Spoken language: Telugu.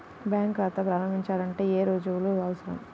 బ్యాంకులో ఖాతా ప్రారంభించాలంటే ఏ రుజువులు అవసరం?